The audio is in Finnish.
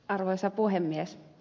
arvoisa puhemies